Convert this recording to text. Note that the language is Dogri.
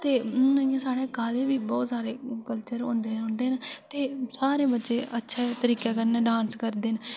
ते हून इ'यां साढ़े कालज च बहुत सारे कल्चर होंदे रौंह्दे न ते सारे बच्चे अच्छे तरीके कन्नै डांस करदे न ते